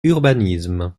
urbanisme